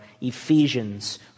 Ephesians